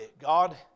God